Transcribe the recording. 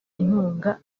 inkunga